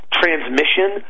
transmission